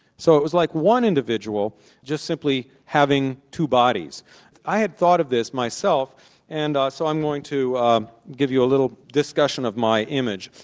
so it was like one individual just simply having two bodies'i had thought of this myself and so i'm going to um give you a little discussion of my image.